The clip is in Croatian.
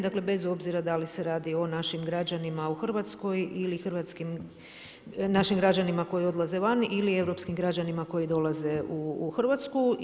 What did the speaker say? Dakle, bez obzira da li se radi o našim građanima u Hrvatskoj ili hrvatskim, našim građanima koji odlaze van ili europskim građanima koji dolaze u Hrvatsku.